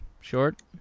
short